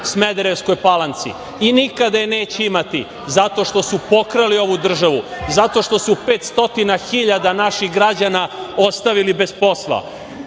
Smederevskoj Palanci i nikada je neće imati zato što su pokrali ovu državu, zato što su 500.000 naših građana ostavili bez posla. To